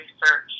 research